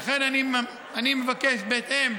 לכן, אני מבקש, בהתאם,